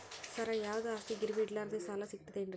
ಸರ, ಯಾವುದು ಆಸ್ತಿ ಗಿರವಿ ಇಡಲಾರದೆ ಸಾಲಾ ಸಿಗ್ತದೇನ್ರಿ?